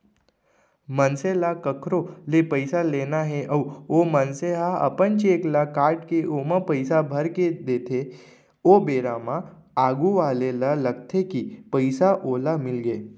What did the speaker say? मनसे ल कखरो ले पइसा लेना हे अउ ओ मनसे ह अपन चेक ल काटके ओमा पइसा भरके देथे ओ बेरा म आघू वाले ल लगथे कि पइसा ओला मिलगे